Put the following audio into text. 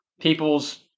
People's